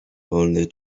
only